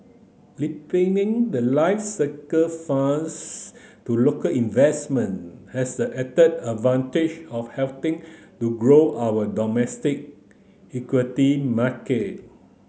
the life cycle funds to local investment has the added advantage of helping to grow our domestic equity market